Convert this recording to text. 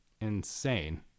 insane